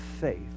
faith